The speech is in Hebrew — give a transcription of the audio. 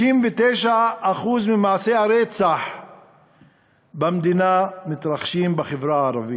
59% ממעשי הרצח במדינה מתרחשים בחברה הערבית.